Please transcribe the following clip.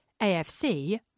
AFC